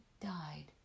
died